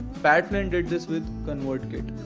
patt flynn did this with convertkit.